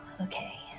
okay